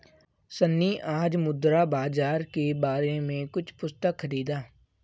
सन्नी आज मुद्रा बाजार के बारे में कुछ पुस्तक खरीदा